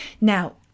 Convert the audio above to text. Now